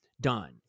done